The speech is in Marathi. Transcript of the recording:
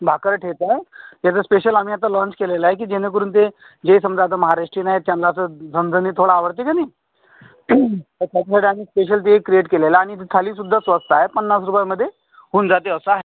भाकर ठेचा याचं स्पेशल आम्ही आता लॉंच केलेलं आहे की जेणेकरून ते जे समजा आता महाराष्ट्रीयन आहेत त्यांना तर झणझणीत थोडा आवडते की नाही तर त्यांच्यासाठी स्पेशल ते क्रिएट केलेलं आणि थालीसुद्धा स्वस्त आहे पन्नास रुपयामध्ये होऊन जाते असं आहे